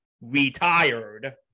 retired